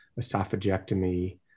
esophagectomy